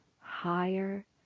higher